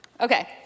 Okay